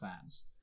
fans